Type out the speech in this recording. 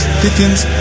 dickens